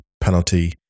penalty